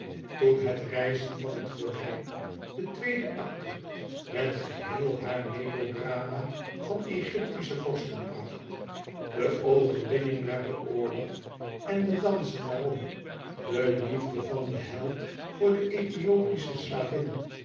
toen het rijzen van de gordijn de tweede acte met geheel haar melodrama van egyptische vorstenpracht de overwinning na den oorlog en de dansen daarom de liefde van den held voor de ethiopische slavin